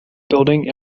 building